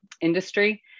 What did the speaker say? industry